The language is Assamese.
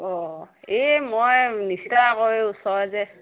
অঁ এই মই নিশিতা আকৌ এই ওচৰৰ যে